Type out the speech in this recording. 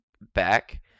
back